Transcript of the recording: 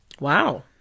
Wow